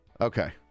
Okay